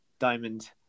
diamond